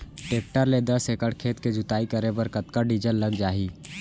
Tractor ले दस एकड़ खेत के जुताई करे बर कतका डीजल लग जाही?